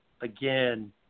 again